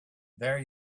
there